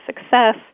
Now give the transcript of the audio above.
success